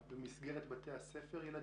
הילדים טופלו במסגרת בתי הספר?